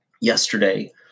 yesterday